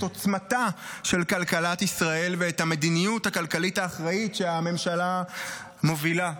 עוצמתה של כלכלת ישראל ואת המדיניות הכלכלית האחראית שהממשלה מובילה.